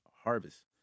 harvest